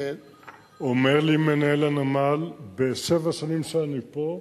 אומר לי מנהל הנמל: בשבע השנים שאני פה,